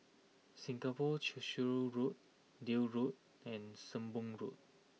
Singapore Cheshire Road Deal Road and Sembong Road